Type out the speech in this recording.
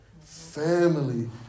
Family